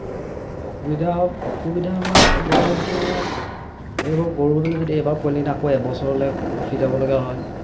আৰু অসুবিধা অসুবিধাবোৰ হৈছে মানে এইবোৰ গৰু যদি এবাৰ পোৱালী দিয়ে আকৌ এবছৰলৈ ৰখি যাব লগা হয়